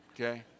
Okay